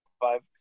five